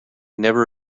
never